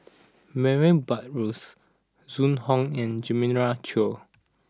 Murray Buttrose Zhu Hong and Jeremiah Choy